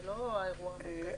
זה לא האירוע המרכזי.